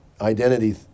identity